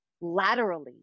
laterally